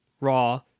raw